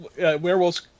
werewolves